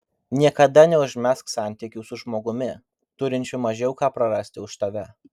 niekada neužmegzk santykių su žmogumi turinčiu mažiau ką prarasti už tave